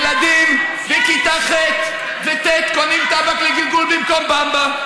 ילדים בכיתה ח' וט' קונים טבק לגלגול במקום במבה.